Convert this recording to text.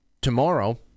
Tomorrow